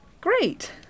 Great